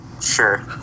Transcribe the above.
sure